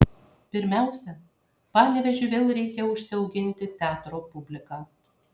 pirmiausia panevėžiui vėl reikia užsiauginti teatro publiką